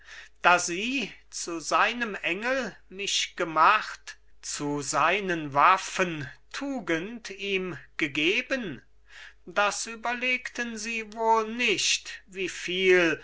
da sie zu seinem engel mich gemacht zu seinen waffen tugend ihm gegeben das überlegten sie wohl nicht wieviel